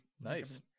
Nice